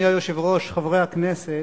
אדוני היושב-ראש, חברי הכנסת,